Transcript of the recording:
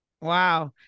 wow